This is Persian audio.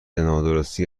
نادرستی